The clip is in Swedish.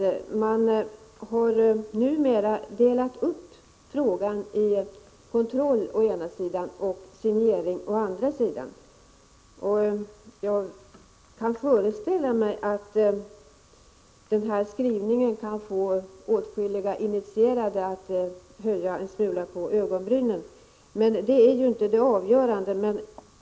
Utskottsmajoriteten har numera delat upp frågan i kontroll å ena sidan och signering å andra sidan. Jag kan föreställa mig att denna skrivning kan få åtskilliga initierade att något höja ögonbrynen, men det är inte det viktigaste.